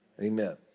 Amen